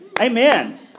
Amen